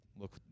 look